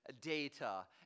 data